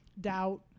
doubt